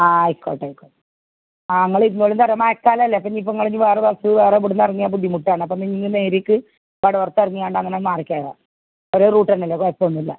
ആ ആയിക്കോട്ടെ ആയിക്കോട്ടെ ആ ഇങ്ങൾ ഇങ്ങടും തരം മായക്കാല അല്ലെ അപ്പം ഇനിയിപ്പം ഇങ്ങൾ ഇനി വേറെ ബസ്സ് വേറെ ഇവിടുന്നെറങ്ങിയാൽ ബുദ്ധിമുട്ടാണ് അപ്പം പിന്നിങ്ങ് നേരീക്ക് വടവർത്തെറങ്ങി ആണ്ട അങ്ങനെ മാറിക്കേറാം ഒരേ റൂട്ടന്നല്ലെ കുഴപ്പമൊന്നൂല്ല